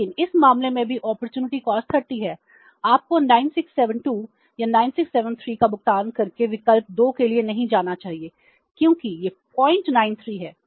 लेकिन इस मामले में भी अपॉर्चुनिटी कॉस्ट 30 है आपको 9672 या 9673 का भुगतान करके विकल्प 2 के लिए नहीं जाना चाहिए क्योंकि यह 093 है